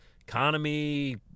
economy